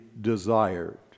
desired